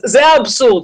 זה האבסורד,